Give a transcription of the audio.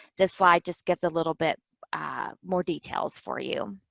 this slide just gives a little bit more details for you.